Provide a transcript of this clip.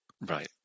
Right